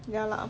ya lah